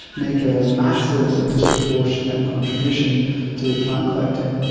make a massive and disproportionate contribution to plant collecting.